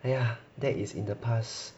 !aiya! that is in the past